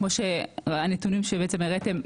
הנתונים שהראיתם,